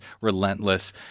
relentless